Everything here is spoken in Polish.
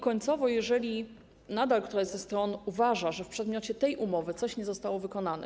Końcowo, jeżeli nadal któraś ze stron uważa, że w przedmiocie tej umowy coś nie zostało wykonane.